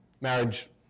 marriage